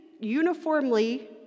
uniformly